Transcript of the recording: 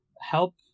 help